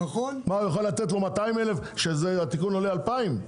מה, הוא יכול לתת לו 200,000 כשהתיקון עולה 2,000?